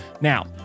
now